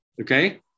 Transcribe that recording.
Okay